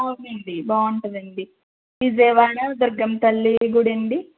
అవునండి బాగుంటుదండి విజయవాడ దుర్గమ్మ తల్లి గుది అండీ